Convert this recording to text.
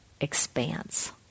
expanse